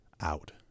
out